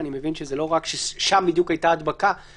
אלמנט ההידבקות רב